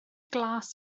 glas